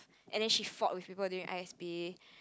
and then she fought with people during i_s_p